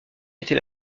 était